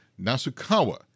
Nasukawa